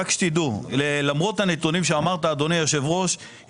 רק שתדעו שלמרות הנתונים שאמרת אדוני היושב ראש,